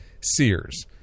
Sears